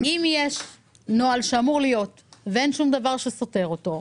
אם יש נוהל שאמור להיות ואין שום דבר שסותר אותו,